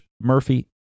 Murphy